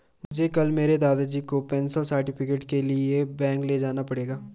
मुझे कल मेरे दादाजी को पेंशन सर्टिफिकेट के लिए बैंक ले जाना पड़ेगा